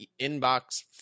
inbox